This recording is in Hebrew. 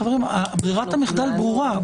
חברים, ברירת המחדל ברורה.